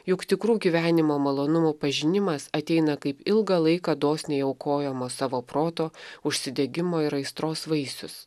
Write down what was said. juk tikrų gyvenimo malonumų pažinimas ateina kaip ilgą laiką dosniai aukojamo savo proto užsidegimo ir aistros vaisius